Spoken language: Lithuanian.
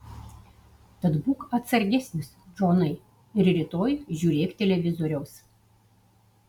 tad būk atsargesnis džonai ir rytoj žiūrėk televizoriaus